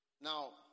Now